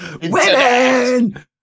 Women